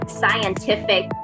scientific